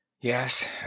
Yes